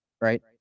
right